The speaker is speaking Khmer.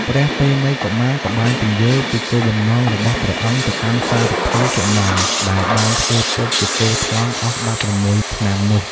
ព្រះតេមិយកុមារក៏បានពន្យល់ពីគោលបំណងរបស់ព្រះអង្គទៅកាន់សារថីសុនន្ទដែលបានធ្វើពុតជាគថ្លង់អស់ ១៦ ឆ្នាំនោះ។